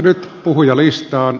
nyt puhujalistaan